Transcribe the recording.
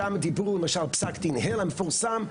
שם דיברו למשל פסק דין הירלן המפורסם,